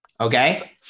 okay